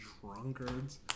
drunkards